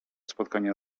spotkania